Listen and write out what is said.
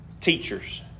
teachers